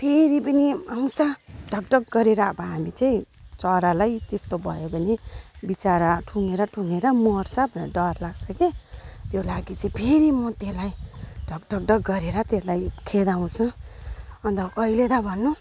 फेरि पनि आउँछ ढकढक गरेर अब हामी चाहिँ चरालाई त्यस्तो भयो भने विचारा ठुगेर ठुगेर मर्छ भनेर डर लाग्छ के त्यो लागि चाहिँ फेरि म त्यसलाई ढकढकढक गरेर त्यसलाई खेदाउँछु अन्त कहिले त भन्नु